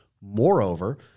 Moreover